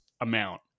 amount